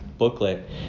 Booklet